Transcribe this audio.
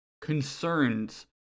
concerns